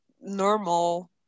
normal